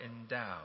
endowed